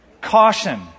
Caution